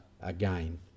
again